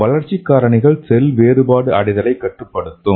வளர்ச்சி காரணிகள் செல் வேறுபாடு அடைதலை கட்டுப்படுத்தும்